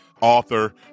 Author